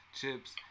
chips